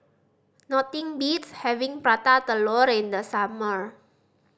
nothing beats having Prata Telur in the summer